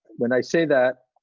when i say that,